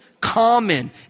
common